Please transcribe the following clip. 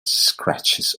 scratches